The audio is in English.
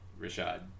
rashad